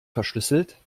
verschlüsselt